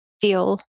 feel